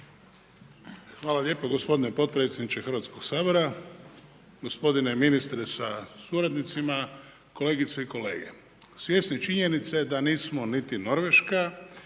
Hvala lijepo gospodine potpredsjedniče Hrvatskoga sabora. Gospodine ministre sa suradnicima. Kolegice i kolege. Svjesni činjenice da nismo niti Norveška,